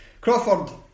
Crawford